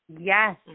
Yes